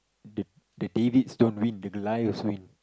the the Davids don't win the Goliaths win